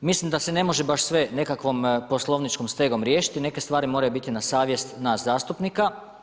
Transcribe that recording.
Mislim da se ne može baš sve nekakvom poslovničkom stegom riješit neke stvari moraju biti na savjest nas zastupnika.